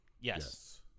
Yes